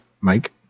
Mike